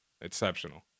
Exceptional